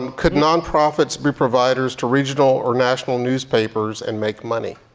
um could nonprofits be providers to regional or national newspapers and make money?